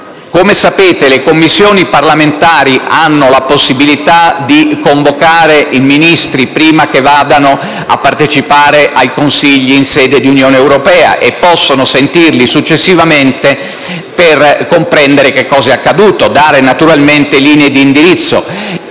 Come sapete, le Commissioni parlamentari hanno la possibilità di convocare i Ministri prima che questi partecipino ai Consigli in sede di Unione europea e possono sentirli successivamente per comprendere cosa è accaduto e dare, naturalmente, linee d'indirizzo.